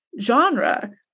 genre